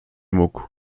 mógł